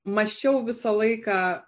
mąsčiau visą laiką